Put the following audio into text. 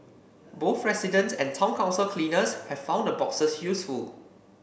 both residents and town council cleaners have found the boxes useful